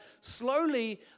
slowly